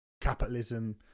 capitalism